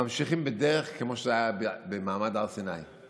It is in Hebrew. ממשיכים בדרך כמו שזה היה במעמד הר סיני,